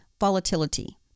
Volatility